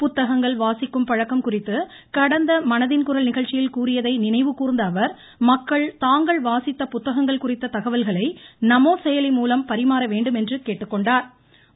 புத்தகங்கள் வாசிக்கும் பழக்கம் குறித்து கடந்த மனதின் குரல் நிகழ்ச்சியில் தாம் கூறியதை நினைவு கூ்ந்த அவர் மக்கள் தாங்கள் வாசித்த புத்தகங்கள் குறித்த தகவல்களை நமோசெயலி மூலம் தெரிவிக்குமாறு கேட்டுக்கொண்டாா்